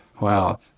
Wow